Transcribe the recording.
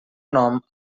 nom